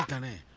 money